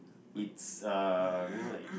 it's uh you know like